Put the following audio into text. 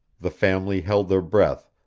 the family held their breath,